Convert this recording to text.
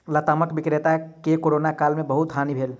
लतामक विक्रेता के कोरोना काल में बहुत हानि भेल